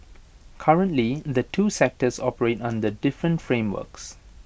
currently the two sectors operate under different frameworks